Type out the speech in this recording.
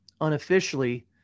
unofficially